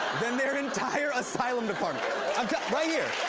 than their entire asylum department. i'm telling right here,